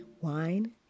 Wine